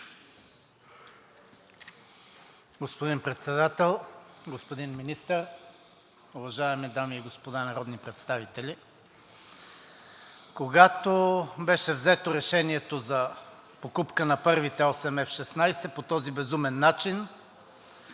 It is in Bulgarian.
Господин Председател, господин Министър, уважаеми дами и господа народни представители! Когато беше взето решението за покупка на първите осем F-16 по този безумен начин